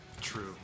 True